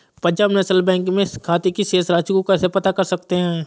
Punjab national bank में खाते की शेष राशि को कैसे पता कर सकते हैं?